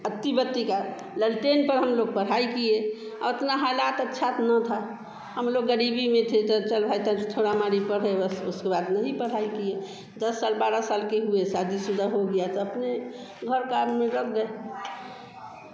अत्ती बत्ती का लालटेन हम लोग पढ़ाई किए और उतना हालात अच्छा ना था हम लोग ग़रीबी में थे तो चल भाई तो थोड़ा माड़ी पढ़े बस तो उसके बाद नहीं पढ़ाई किए दस साल बारह साल के हुए शादी शुदा हो गया तो अपने घर काम में लग गए